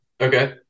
Okay